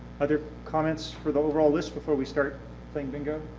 other comments for the overall list before we start playing bingo.